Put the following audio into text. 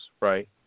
right